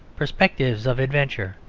perspectives of adventure,